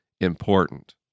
important